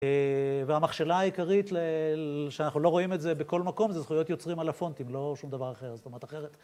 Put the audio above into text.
והמכשלה העיקרית, שאנחנו לא רואים את זה בכל מקום, זה זכויות יוצרים על הפונטים, לא שום דבר אחר, זאת אומרת, אחרת.